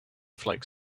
flakes